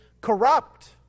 corrupt